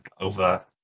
over